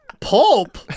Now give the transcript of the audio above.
Pulp